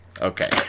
Okay